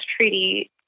treaty